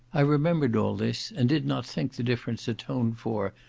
i remembered all this, and did not think the difference atoned for,